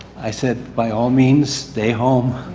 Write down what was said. i said by all means, stay home.